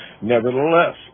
Nevertheless